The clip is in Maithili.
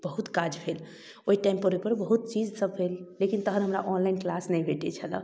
बहुत काज भेल ओहि टाइमपर ओहिपर बहुत चीजसब भेल लेकिन तहन हमरा ऑनलाइन किलास नहि भेटै छलै